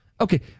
Okay